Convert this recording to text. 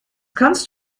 kannst